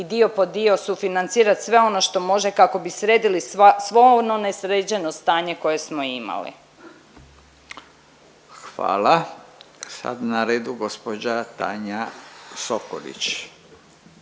i dio po dio sufinancirat sve ono što može kako bi sredili sva, svo ono nesređeno stanje koje smo imali. **Radin, Furio (Nezavisni)** Hvala. Sad na redu gospođa Tanja Sokolić.